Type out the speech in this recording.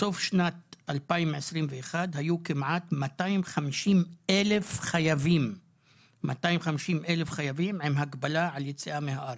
בסוף שנת 2021 היו כמעט 250,000 חייבים עם הגבלה על יציאה מן הארץ.